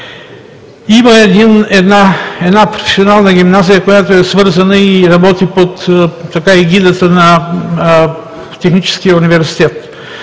Има една професионална гимназия, която е свързана и работи под егидата на Техническия университет.